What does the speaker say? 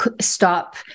stop